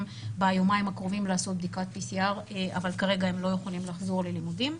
ביומיים הקרובים לעשות בדיקת PCR אבל כרגע הם לא יכולים לחזור ללימודים.